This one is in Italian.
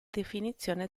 definizione